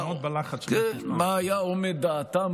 לעמוד בלחץ, כן, מה היה אומד דעתם